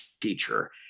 teacher